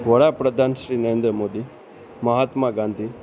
વડાપ્રધાન શ્રી નરેન્દ્ર મોદી મહાત્મા ગાંધી